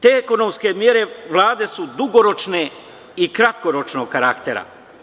Te ekonomske mere Vlade su dugoročnog i kratkoročnog karaktera.